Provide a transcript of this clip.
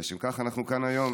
ולשם כך אנחנו כאן היום.